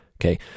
Okay